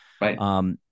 Right